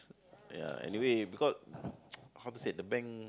ya anyway because how to say the bank